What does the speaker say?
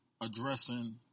addressing